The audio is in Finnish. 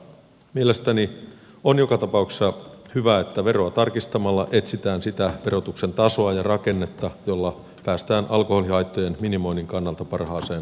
mielestäni on joka tapauksessa hyvä että veroa tarkistamalla etsitään sitä verotuksen tasoa ja rakennetta jolla päästään alkoholihaittojen minimoinnin kannalta parhaaseen lopputulokseen